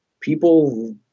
People